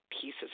pieces